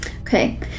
Okay